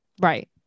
Right